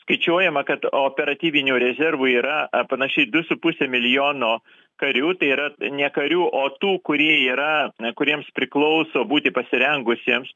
skaičiuojama kad operatyvinių rezervų yra a panašiai du su puse milijono karių tai yra ne karių o tų kurie yra kuriems priklauso būti pasirengusiems